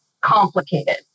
complicated